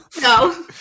No